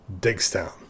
Digstown